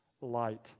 light